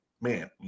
man